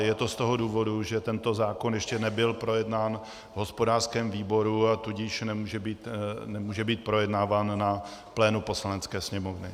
Je to z toho důvodu, že tento zákon ještě nebyl projednán v hospodářském výboru, a tudíž nemůže být projednáván na plénu Poslanecké sněmovny.